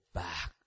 back